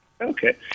Okay